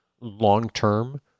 long-term